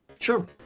Sure